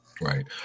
Right